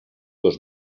dos